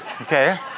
Okay